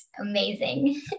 amazing